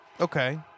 Okay